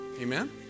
Amen